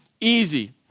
easy